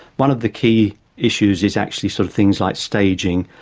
one of the key issues is actually so things like staging.